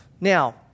Now